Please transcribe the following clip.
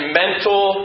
mental